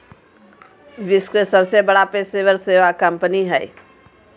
विश्व के सबसे बड़ा पेशेवर सेवा कंपनी हइ